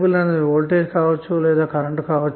అది వోల్టేజ్ గాని కరెంట్ గాని ఏదైనా కావచ్చు